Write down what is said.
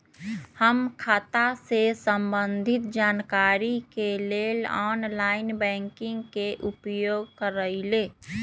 हम खता से संबंधित जानकारी के लेल ऑनलाइन बैंकिंग के उपयोग करइले